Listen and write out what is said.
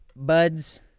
Buds